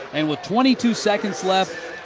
and with twenty two seconds left,